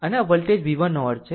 અને આ voltage v1 નો અર્થ છે